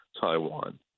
Taiwan